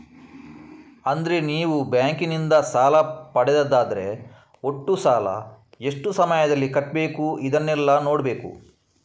ಅಂದ್ರೆ ನೀವು ಬ್ಯಾಂಕಿನಿಂದ ಸಾಲ ಪಡೆದದ್ದಾದ್ರೆ ಒಟ್ಟು ಸಾಲ, ಎಷ್ಟು ಸಮಯದಲ್ಲಿ ಕಟ್ಬೇಕು ಇದನ್ನೆಲ್ಲಾ ನೋಡ್ಬೇಕು